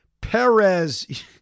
Perez